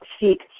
seek